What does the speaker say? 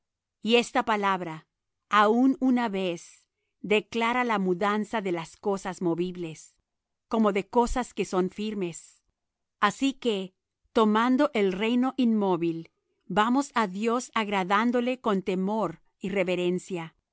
y esta palabra aun una vez declara la mudanza de las cosas movibles como de cosas que son firmes así que tomando el reino inmóvil vamos á dios agradándole con temor